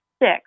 six